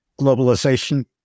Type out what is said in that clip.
Globalization